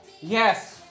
Yes